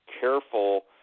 careful